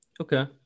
Okay